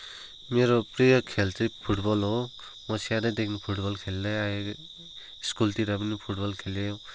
मेरो प्रिय खेल चाहिँ फुटबल हो म सानैदेखि फुटबल खेल्दैआएको स्कुलतिर पनि फुटबल खेल्यौँ